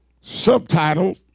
Subtitle